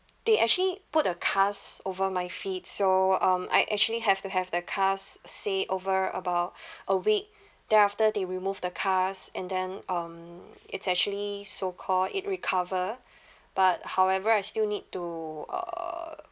they actually put a cast over my feet so um I actually have to have the cast say over about a week then after they remove the cast and then um it's actually so call it recover but however I still need to uh